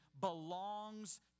belongs